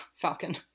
falcon